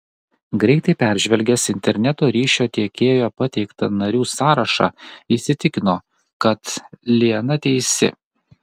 greitai peržvelgęs interneto ryšio tiekėjo pateiktą narių sąrašą įsitikino kad liana teisi